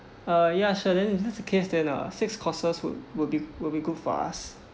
uh ya sure then if this the case then uh six courses would will be will be good for us